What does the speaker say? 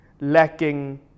lacking